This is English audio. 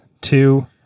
two